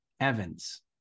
Evans